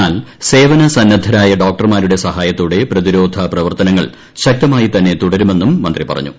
എന്നാൽ സേവനസന്നദ്ധരായ ഡോക്ടർമാരുടെ സഹായത്തോടെ പ്രതിരോധ പ്രവർത്തനങ്ങൾ ശക്തമായിതന്നെ തുടരുമെന്നും മന്ത്രി പറഞ്ഞു